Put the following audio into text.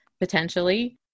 potentially